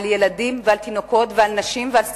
על ילדים ועל תינוקות ועל נשים ועל זקנים,